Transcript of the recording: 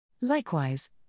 Likewise